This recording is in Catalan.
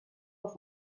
els